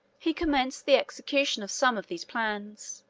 he commenced the execution of some of these plans.